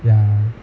ya